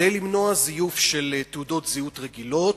כדי למנוע זיוף של תעודות זהות רגילות,